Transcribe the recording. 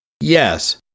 Yes